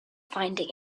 finding